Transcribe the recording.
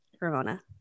Ramona